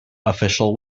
official